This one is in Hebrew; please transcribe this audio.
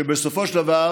ובסופו של דבר